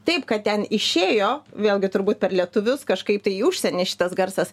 taip kad ten išėjo vėlgi turbūt per lietuvius kažkaip tai į užsienį šitas garsas